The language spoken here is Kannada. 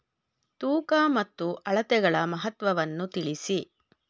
ತೂಕ ಮತ್ತು ಅಳತೆಗಳ ಮಹತ್ವವನ್ನು ತಿಳಿಸಿ?